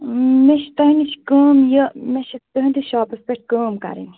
مےٚ چھِ تۄہہِ نش کٲم یہِ مےٚ چھِ تٕہنٛدِس شاپس پٮ۪ٹھ کٲم کَرٕنۍ